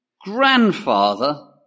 grandfather